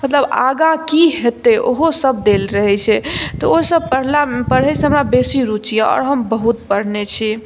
मतलब आगा की हेतै ओहो सब देल रहै छै तऽ ओ सब पढ़ै सऽ हमरा बेसी रुची अहि आओर हम बहुत पढ़ने छी